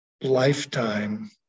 lifetime